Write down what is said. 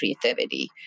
creativity